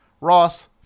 Ross